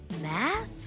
math